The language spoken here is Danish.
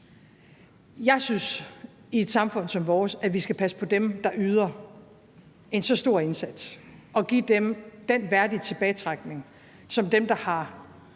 Jeg synes, at vi i et samfund som vores skal passe på dem, der yder en så stor indsats, og give dem den værdige tilbagetrækning, som dem, der har